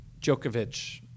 Djokovic